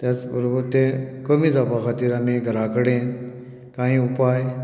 त्याच बरोबर ते कमी जावपा खातीर आमी घरा कडेन काही उपाय